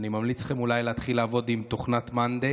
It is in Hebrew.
אני ממליץ לכם להתחיל אולי לעבוד עם תוכנת Monday,